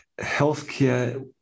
healthcare